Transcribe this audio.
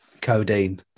codeine